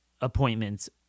appointments